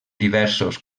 diversos